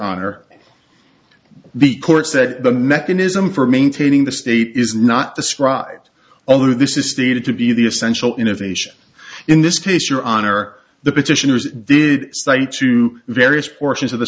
honor the court said the mechanism for maintaining the state is not described although this is stated to be the essential innovation in this case your honor the petitioners did cite to various portions of the